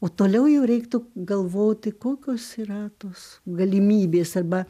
o toliau jau reiktų galvoti kokios yra tos galimybės arba